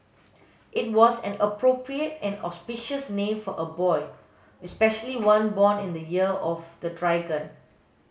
it was an appropriate and auspicious name for a boy especially one born in the year of the dragon